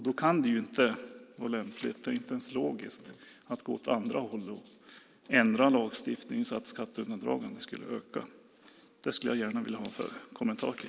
Då kan det inte vara lämpligt, inte ens logiskt, att gå åt andra hållet och ändra lagstiftningen så att skatteundandragandet skulle öka. Det skulle jag gärna vilja få en kommentar om.